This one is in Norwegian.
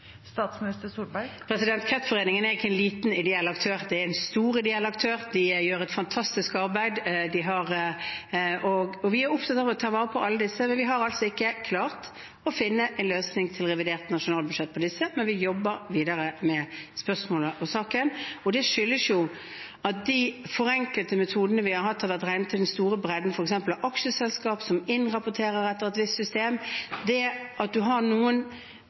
Kreftforeningen er ikke en liten, ideell aktør. Det er en stor, ideell aktør, og de gjør et fantastisk arbeid. Vi er opptatt av å ta vare på alle disse. Vi har altså ikke klart å finne en løsning i revidert nasjonalbudsjett for disse, men vi jobber videre med spørsmålet og saken. Det skyldes at de forenklede metodene vi har hatt, har vært beregnet for den store bredden av f.eks. aksjeselskap, som innrapporterer etter et visst system. Det at man har